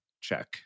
check